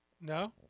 No